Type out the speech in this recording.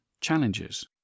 challenges